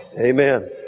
Amen